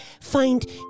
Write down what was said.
find